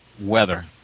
weather